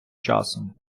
часом